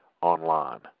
online